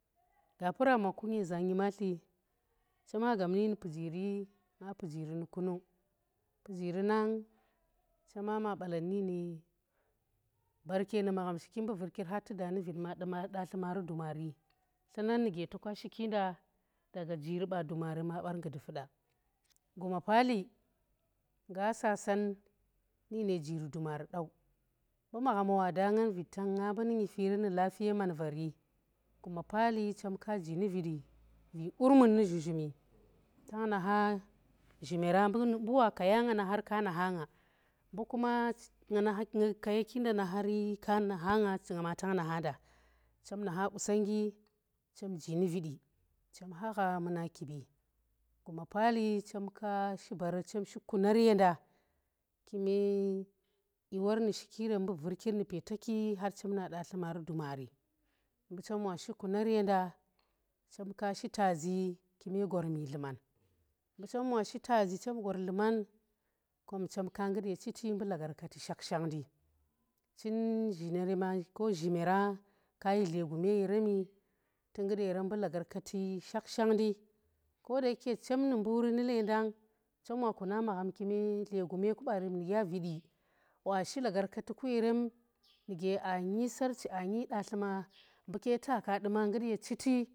Gappuramma ku nyeza nyimatli chema gap nu yeri pujiri na pujiri nu kunang, pujiri nang chema ma balar nu yin baarke nu magham shiki nu mbu virkir har tu da nu vid ma du ma da tli maa ri dumari, tlumar nuge to ka shiki nda daga kjiri ɓa dumari dau, mbu magham wa da ngan vid tang nga mbu nu nyifiri nu lafiye man vaari nga naha kayaki nda nahari ka naha nga ma tang naha nda, chem naha qusongnggi chemji nu vidi, chem ha gha muna kibi, guma paali chemka shi barari chem shi kunar ya nda kume, dyiwor nu shoki yerem mbu virkir nu peetaki har chem na datli maari dumari mbu chem wa shi taazi kunar ye nda chemka shi taazi kume gormi dluman, mbu chem wa shi taazi chem gor dluman, kom chemka ngut ye chiti mbu lagarkati sakhshakhndi, chii zhinerena ko zhinera kayi dle gume yeremi tu ngut yeremi mbu lagarkati shakhshakhndi kodayake chem nu mburi nu lengang chem wa kuna magham kume dle guma ku baren nugya vidi, wa shi lagarkati ku yeren nu ge aanyi sarchi, aa nyi da tluma mbu ka ta ka duma nguti.